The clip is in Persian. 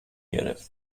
گرفته